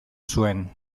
zuen